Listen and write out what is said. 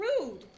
rude